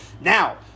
Now